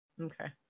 Okay